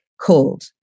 called